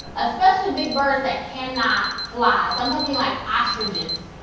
especially big birds that cannot fly. so i'm talking, like, ostriches,